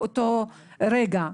באותו רגע.